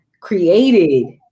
created